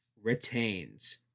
retains